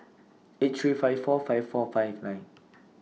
eight three five four five four five nine